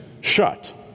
shut